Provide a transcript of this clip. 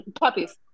Puppies